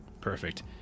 Perfect